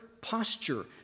posture